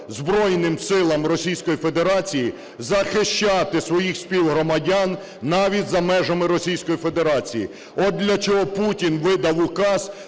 Збройним силам Російської Федерації захищати своїх співгромадян навіть за межами Російської Федерації. От для чого Путін видав указ